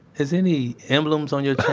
is any emblems on your chain?